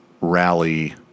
rally